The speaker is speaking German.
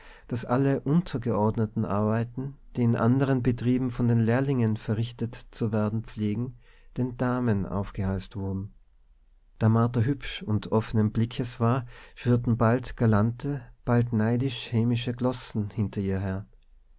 daß alle untergeordneten arbeiten die in anderen betrieben von den lehrlingen verrichtet zu werden pflegen den damen aufgehalst wurden da martha hübsch und offenen blickes war schwirrten bald galante bald neidisch hämische glossen hinter ihr her